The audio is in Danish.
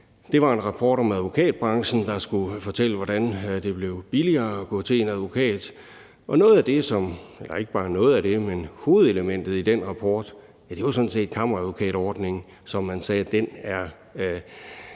Det var en rapport om advokatbranchen, der skulle fortælle, hvordan det blev billigere at gå til en advokat, og hovedelementet i den rapport var sådan set kammeradvokatordningen, hvorom man sagde, at den